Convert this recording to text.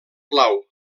plau